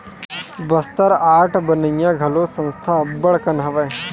Bastar art बनइया घलो संस्था अब्बड़ कन हवय